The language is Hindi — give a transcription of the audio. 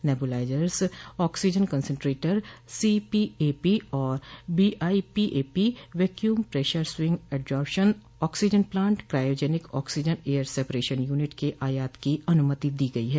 नेब्रलाइजर्स ऑक्सीजन कंसेन्ट्रेटर सीपीऐपी और BiPAP vacuum pressure swing adsorption oxygen plant cryogenic oxygen air separation unit के आयात की अनुमति दी गई है